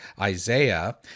Isaiah